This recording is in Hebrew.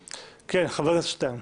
חבר הכנסת שטרן,